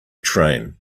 train